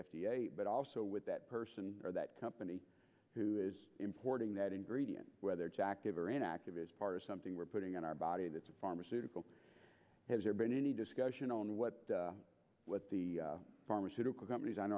a but also with that person or that company who is importing that ingredient whether it's active or inactive is part of something we're putting in our body that's pharmaceutical has there been any discussion on what the pharmaceutical companies on